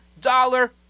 dollar